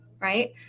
right